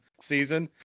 season